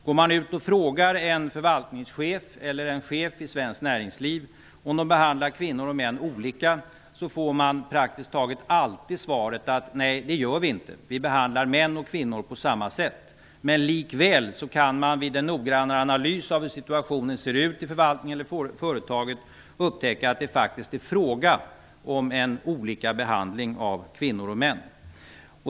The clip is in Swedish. Går man ut och frågar en förvaltningschef eller en chef i svenskt näringsliv om de behandlar kvinnor och män olika, får man praktiskt taget alltid svaret: Nej, det gör vi inte. Vi behandlar män och kvinnor på samma sätt. Men likväl kan man vid en noggrannare analys av hur situationen ser ut på förvaltningen eller företaget upptäcka att det faktiskt är fråga om olika behandling av kvinnor och män.